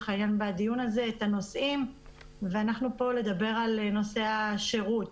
העניין בדיון הזה את הנוסעים ואנחנו כאן לדבר על נוסע שירות.